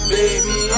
Baby